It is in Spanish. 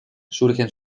surgen